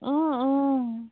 অঁ অঁ